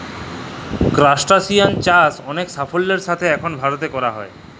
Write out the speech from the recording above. করসটাশিয়াল চাষ অলেক সাফল্যের সাথে এখল ভারতে ক্যরা হ্যয়